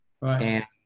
Right